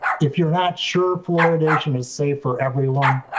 if you're not sure fluoridation is safe for everyone,